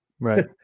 Right